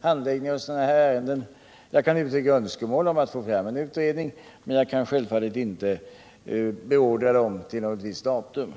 handläggning av sådana här ärenden. Jag kan uttrycka önskemål om att få fram utredningen, men jag kan självfallet inte beordra fram den till något visst datum.